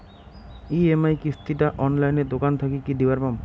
EMI কিস্তি টা অনলাইনে দোকান থাকি কি দিবার পাম?